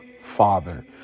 father